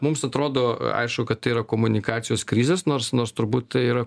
mums atrodo aišku kad tai yra komunikacijos krizės nors nors turbūt tai yra